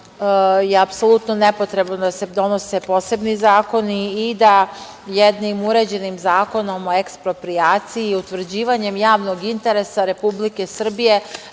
je apsolutno nepotrebno da se donose posebni zakoni i da jednim uređenim zakonom o eksproprijaciji i utvrđivanjem javnog interesa Republike Srbije